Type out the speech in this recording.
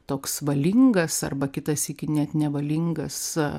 toks valingas arba kitą sykį net nevalingas